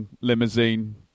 limousine